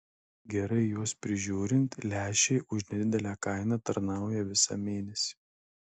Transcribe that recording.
gerai juos prižiūrint lęšiai už nedidelę kainą tarnauja visą mėnesį